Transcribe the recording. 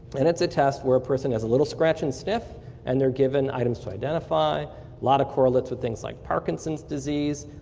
and it's a test where a person does a little scratch and so nif and they're given items to identify, a lot of correlation with things like parkinson's disease,